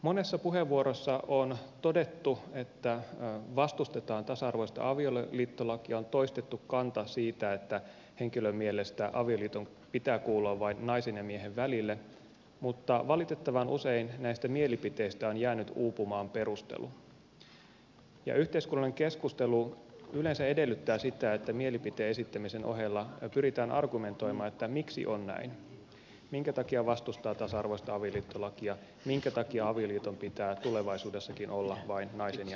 monessa puheenvuorossa on todettu että vastustetaan tasa arvoista avioliittolakia on toistettu kanta siitä että henkilön mielestä avioliiton pitää kuulua vain naisen ja miehen välille mutta valitettavan usein näistä mielipiteistä on jäänyt uupumaan perustelu ja yhteiskunnallinen keskustelu yleensä edellyttää sitä että mielipiteen esittämisen ohella pyritään argumentoimaan miksi on näin minkä takia vastustaa tasa arvoista avioliittolakia minkä takia avioliiton pitää tulevaisuudessakin olla vain naisen ja miehen välinen